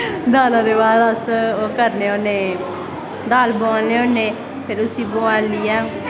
दाला दे बाद अस ओह् करने होने दाल बोआलने होने फिर उसी बोआलियै